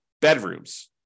bedrooms